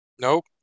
Nope